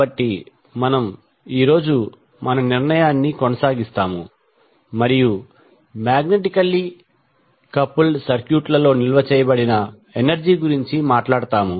కాబట్టి మనము ఈ రోజు మన నిర్ణయాన్ని కొనసాగిస్తాము మరియు మాగ్నెటికల్లీ కపుల్డ్ సర్క్యూట్లలో నిల్వ చేయబడిన ఎనర్జీ గురించి మాట్లాడుతాము